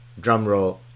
drumroll